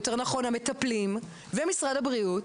יותר נכון המטפלים ומשרד הבריאות,